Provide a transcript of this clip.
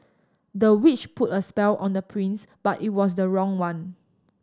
the witch put a spell on the prince but it was the wrong one